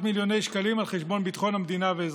מיליוני שקלים על חשבון ביטחון המדינה ואזרחיה.